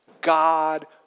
God